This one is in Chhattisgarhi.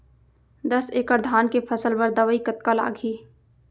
दस एकड़ धान के फसल बर दवई कतका लागही?